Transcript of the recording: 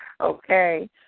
Okay